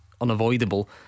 unavoidable